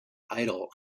idle